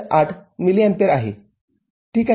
८ milliampere आहे ठीक आहे